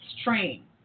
strain